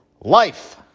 life